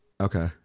okay